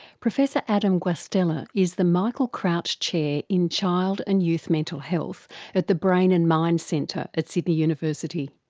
professor adam guastella is the michael crouch chair in child and youth mental health at the brain and mind centre at sydney university.